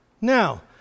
Now